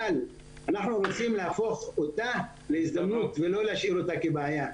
אבל אנחנו רוצים להפוך אותה להזדמנות ולא להשאיר אותה כבעיה,